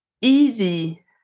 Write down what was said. easy